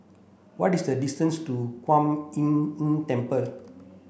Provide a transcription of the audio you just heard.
what is the distance to Kuan Im Tng Temple